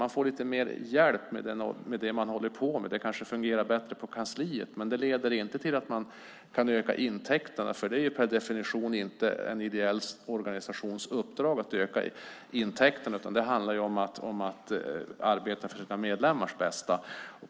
Man får lite mer hjälp med det man håller på med och det kanske fungerar bättre på kansliet, men det leder inte till att man kan öka intäkterna, för det är per definition inte en ideell organisations uppdrag att öka intäkterna, utan det handlar om att arbeta för medlemmarnas bästa.